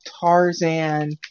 Tarzan